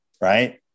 right